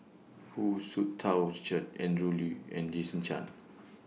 Hu Tsu Tau Richard Andrew Lee and Jason Chan